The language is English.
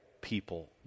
people